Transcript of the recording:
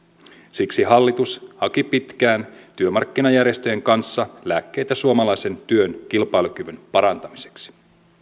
siksi hallitus haki pitkään työmarkkinajärjestöjen kanssa lääkkeitä suomalaisen työn kilpailukyvyn parantamiseksi